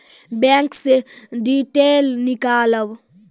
Bank से detail नीकालव?